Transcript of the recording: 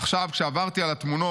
עכשיו, כשעברתי על התמונות,